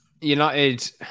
United